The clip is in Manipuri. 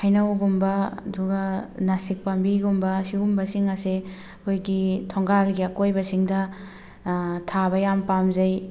ꯍꯩꯅꯧꯒꯨꯝꯕ ꯑꯗꯨꯒ ꯅꯥꯁꯤꯛ ꯄꯥꯝꯕꯤꯒꯨꯝꯕ ꯁꯤꯒꯨꯝꯕꯁꯤꯡ ꯑꯁꯦ ꯑꯩꯈꯣꯏꯒꯤ ꯊꯣꯡꯒꯥꯜꯒꯤ ꯑꯀꯣꯏꯕꯁꯤꯡꯗ ꯊꯥꯕ ꯌꯥꯝ ꯄꯥꯝꯖꯩ